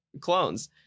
clones